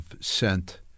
sent